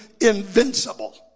invincible